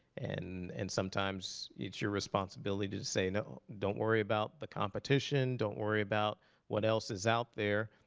and and sometimes it's your responsibility to say, no. don't worry about the competition. don't worry about what else is out there.